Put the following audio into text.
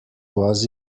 was